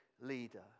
leader